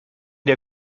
der